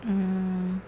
um